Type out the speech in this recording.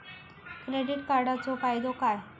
Credit कार्डाचो फायदो काय?